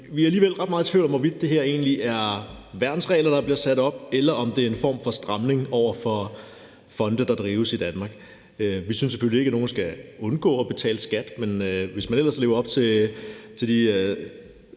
vi er alligevel ret meget i tvivl om, hvorvidt det her egentlig er værnsregler, der bliver sat op, eller om det er en form for stramning over for fonde, der drives i Danmark. Vi synes selvfølgelig ikke, at nogen skal undgå at betale skat, men hvis man ellers lever op til de